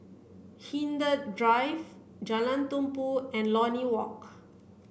Hindhede Drive Jalan Tumpu and Lornie Walk